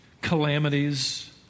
calamities